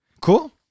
cool